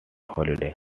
holiday